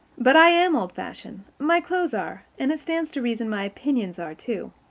but i am old-fashioned. my clothes are, and it stands to reason my opinions are, too.